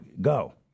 Go